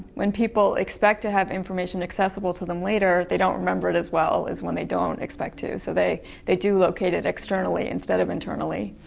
when people expect to have information accessible to them later, they don't remember it as well as when they don't expect to, so they they do locate it externally instead of internally.